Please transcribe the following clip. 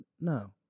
no